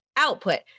Output